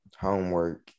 homework